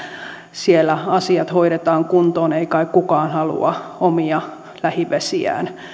siellä asiat hoidetaan kuntoon ei kai kukaan halua omia lähivesiään